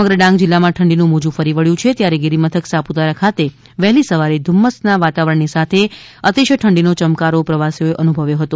સમગ્ર ડાંગ જિલ્લામાં ઠંડીનું મોજું ફરી વળ્યું છે ત્યારે ગિરિમથક સાપુતારા ખાતે વહેલી સવારે ધુમ્મસ વાતાવરણની સાથે અતિશય ઠંડી નો ચમકારો પ્રવાસીઓએ અનુભવ્યો હતો